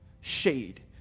shade